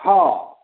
हँ